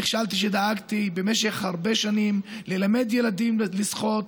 נכשלתי שדאגתי במשך הרבה שנים ללמד ילדים לשחות,